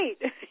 great